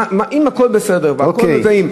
אם הכול בסדר והכול, אוקיי.